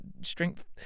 strength